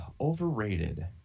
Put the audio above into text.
Overrated